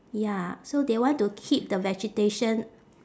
ya so they want to keep the vegetation